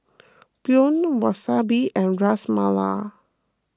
Pho Wasabi and Ras Malai